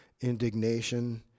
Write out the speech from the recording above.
indignation